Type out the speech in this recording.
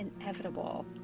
inevitable